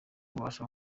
ubasha